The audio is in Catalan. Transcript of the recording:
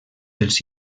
els